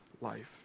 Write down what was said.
life